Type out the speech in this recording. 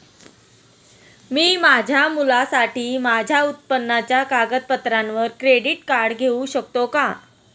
मी माझ्या मुलासाठी माझ्या उत्पन्नाच्या कागदपत्रांवर क्रेडिट कार्ड घेऊ शकतो का?